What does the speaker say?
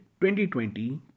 2020